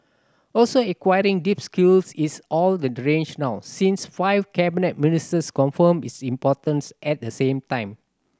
also acquiring deep skills is all the rage now since five cabinet ministers confirmed its importance at the same time